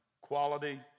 quality